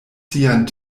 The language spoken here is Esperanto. sian